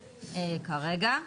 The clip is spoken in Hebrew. כרגע.